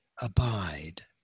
abide